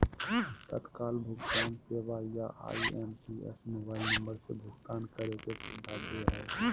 तत्काल भुगतान सेवा या आई.एम.पी.एस मोबाइल नम्बर से भुगतान करे के सुविधा दे हय